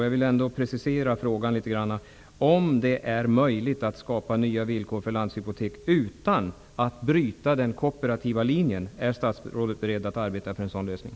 Jag vill precisera frågan: Om det är möjligt att skapa nya villkor för Landshypotek, utan att bryta den kooperativa linjen, är statsrådet beredd att arbeta för en sådan lösning?